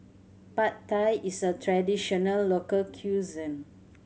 Pad Thai is a traditional local cuisine